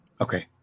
Okay